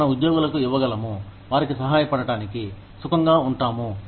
మన ఉద్యోగులకు ఇవ్వగలము వారికి సహాయపడటానికి సుఖంగా ఉంటాము